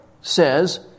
says